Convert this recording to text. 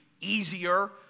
easier